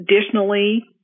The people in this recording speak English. Additionally